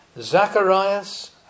Zacharias